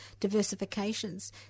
diversifications